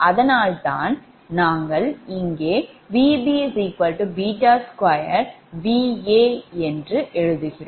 அதனால்தான் நாங்கள் இங்கே Vb 2Va எழுதுகிறோம்